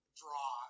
draw